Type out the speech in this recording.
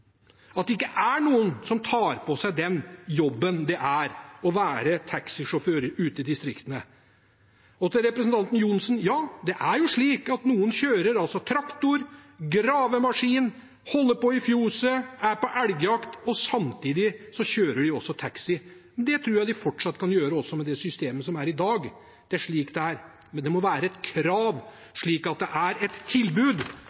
at det ikke er noen som tar på seg den jobben det er å være taxisjåfør ute i distriktene. Til representanten Johnsen: Ja, det er slik at noen kjører traktor og gravemaskin, holder på i fjøset og er på elgjakt, og samtidig kjører de også taxi. Det tror jeg de fortsatt kan gjøre også med det systemet som er i dag. Det er slik det er. Men det må være krav, slik at det er et tilbud